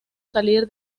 salir